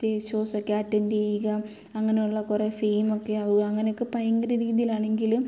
stage shows ഒക്കെ attend ചെയ്യുക അങ്ങനെയുള്ള കുറേ ഫെയിം ഒക്കെ ആവുക അങ്ങനെയൊക്കെ ഭയങ്കര രീതിയിലാണെങ്കിലും